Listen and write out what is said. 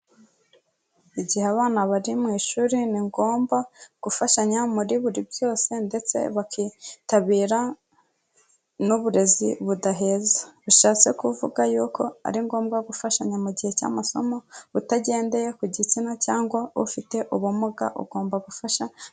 Igihe abana bari mu ishuri ni ngombwa gufashanya muri buri byose ndetse bakitabira n'uburezi budaheza. Bishatse kuvuga yuko ari ngombwa gufashanya mu gihe cy'amasomo utagendeye ku gitsina cyangwa ufite ubumuga ugomba gufasha.